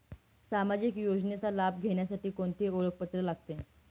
सामाजिक योजनेचा लाभ घेण्यासाठी कोणते ओळखपत्र लागते?